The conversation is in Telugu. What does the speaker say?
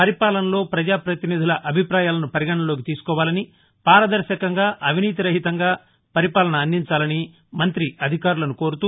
పరిపాలనలో ప్రజా పతినిధుల అభిప్రాయాలను పరిగణలోకి తీసుకోవాలని పారదర్భకంగా అవినీతి రహిత పరిపాలన అందించాలని మంత్రి అధికారులను కోరుతూ